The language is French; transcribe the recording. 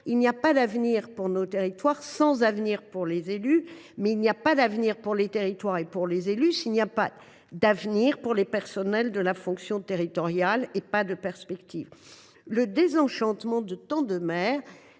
il n’y a pas d’avenir pour nos territoires sans avenir pour les élus, mais il n’y a pas d’avenir pour les territoires ni pour les élus sans avenir ni perspectives pour les personnels de la fonction territoriale. Le désenchantement de tant de maires